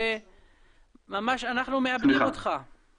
וארבע שנים,